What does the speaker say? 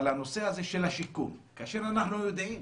אבל הנושא הזה של השיקום כאשר אנחנו יודעים